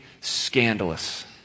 scandalous